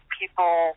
people